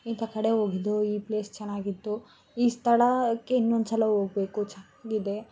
ಇಂಥ ಕಡೆ ಹೋಗಿದ್ದು ಈ ಪ್ಲೇಸ್ ಚೆನ್ನಾಗಿತ್ತು ಈ ಸ್ಥಳಕ್ಕೆ ಇನ್ನೊಂದ್ಸಲ ಹೋಗ್ಬೇಕು ಚೆನ್ನಾಗಿದೆ